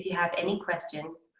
have any questions,